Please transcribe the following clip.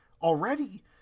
already